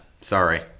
Sorry